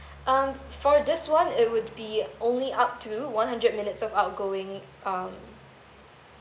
um for this one it would be only up to one hundred minutes of outgoing um